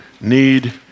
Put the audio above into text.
need